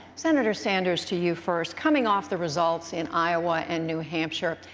senator sanders, to you first. coming off the results in iowa and new hampshire,